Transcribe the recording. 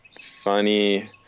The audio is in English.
funny